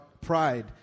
pride